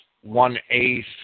one-eighth